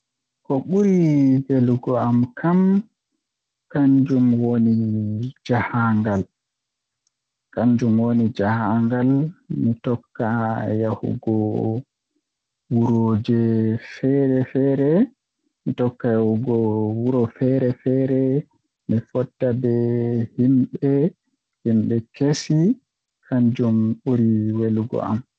Ko buri velugo am kam kanjum woni jahangal mi tokka yahugo wurooj feeer-feere mi fotta be himbe kesi kanjum buri welugo am.